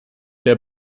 der